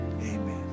amen